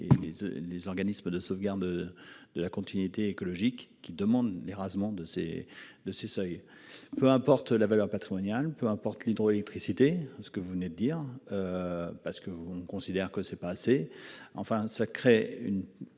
les organismes de sauvegarde. De la continuité écologique qui demandent les rarement de ces de ces seuils, peu importe la valeur patrimoniale ou peu importe l'hydroélectricité. Ce que vous venez de dire. Parce qu'on considère que c'est pas assez